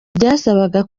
byasabaga